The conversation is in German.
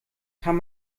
kann